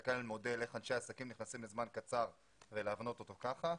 להסתכל על מודל נכנסים לזמן קצר ולהבנות את זה כך.